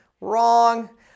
Wrong